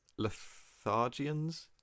lethargians